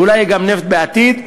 ואולי גם נפט בעתיד.